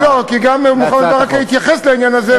כי גם מוחמד ברכה התייחס לעניין הזה,